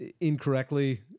incorrectly